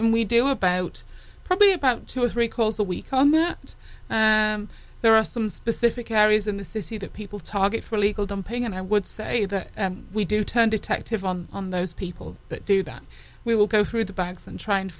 and we do about probably about two or three calls a week on that and there are some specific areas in the city that people talk about for illegal dumping and i would say that we do turn detective on those people that do that we will go through the bags and try and